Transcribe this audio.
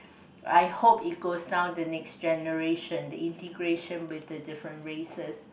I hope it could sound the next generation the integration with the different races